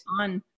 on